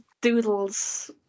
doodles